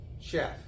chef